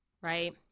right